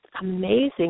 amazing